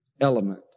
element